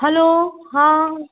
hello हां